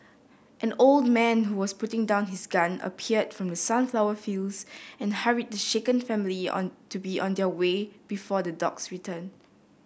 an old man who was putting down his gun appeared from the sunflower fields and hurried the shaken family on to be on their way before the dogs return